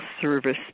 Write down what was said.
service